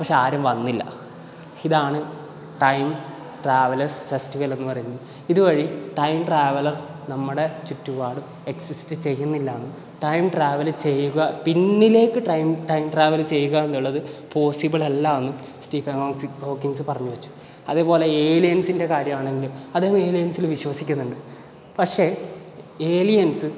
പക്ഷേ ആരും വന്നില്ല ഇതാണ് ടൈം ട്രാവലേഴ്സ് ഫെസ്റ്റിവൽ എന്ന് പറയുന്നത് ഇത് വഴി ടൈം ട്രാവലർ നമ്മുടെ ചുറ്റുപാടും എക്സിസ്റ്റ് ചെയ്യുന്നില്ലെന്നും ടൈം ട്രാവല് ചെയ്യുക പിന്നിലേക്ക് ടൈം ട്രാവല് ചെയ്യുകയെന്നുള്ളത് പോസിബിൾ അല്ലായെന്നും സ്റ്റീഫൻ ഹോക്കിസ് ഹോക്കിൻസ് പറഞ്ഞ് വച്ചു അതേപോലെ ഏലിയൻസിൻ്റെ കാര്യമാണെങ്കിലും അദ്ദേഹം ഏലിയൻസിൽ വിശ്വസിക്കുന്നുണ്ട് പക്ഷേ ഏലിയൻസ്